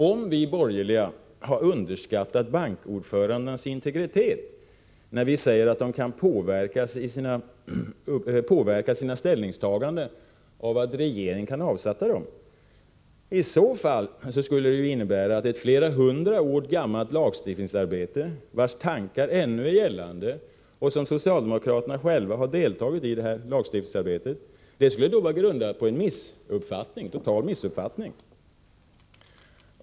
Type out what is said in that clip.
Om vi borgerliga har underskattat bankordförandenas integritet, när vi säger att de kan påverkas i sina ställningstaganden av att regeringen kan avsätta dem, skulle det i så fall innebära att ett flera hundra år gammalt lagstiftningsarbete, vars tankar ännu är gällande och som socialdemokraterna själva har deltagit i, skulle vara grundat på en total missuppfattning.